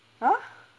!huh!